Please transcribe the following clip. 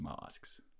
masks